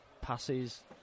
passes